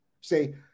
Say